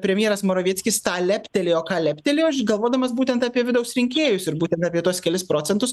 premjeras moravieckis tą leptelėjo ką leptelėjo galvodamas būtent apie vidaus rinkėjus ir būtent apie tuos kelis procentus